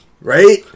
Right